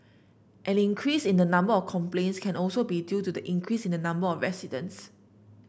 an increase in the number of complaints can also be due to the increase in the number of residents